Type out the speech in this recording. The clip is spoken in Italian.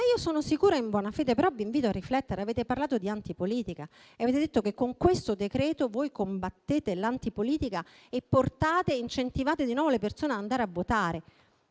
- sono sicura in buona fede, ma vi invito a riflettere - di antipolitica e avete detto che con questo-legge decreto voi combattete l'antipolitica e incentivate di nuovo le persone ad andare a votare.